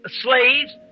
slaves